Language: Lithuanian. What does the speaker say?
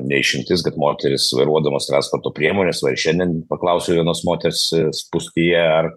ne išimtis kad moterys vairuodamos transporto priemones va ir šiandien paklausiau vienos moters spūstyje ar